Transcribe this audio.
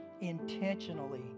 intentionally